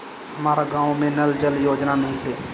हमारा गाँव मे नल जल योजना नइखे?